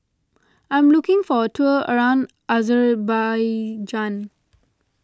I am looking for a tour around Azerbaijan